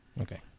Okay